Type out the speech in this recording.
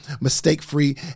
mistake-free